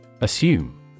Assume